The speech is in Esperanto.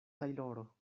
tajloro